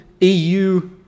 EU